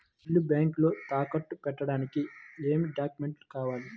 ఇల్లు బ్యాంకులో తాకట్టు పెట్టడానికి ఏమి డాక్యూమెంట్స్ కావాలి?